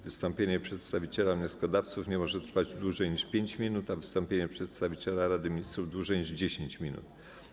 Wystąpienie przedstawiciela wnioskodawców nie może trwać dłużej niż 5 minut, a wystąpienie przedstawiciela Rady Ministrów - dłużej niż 10 minut.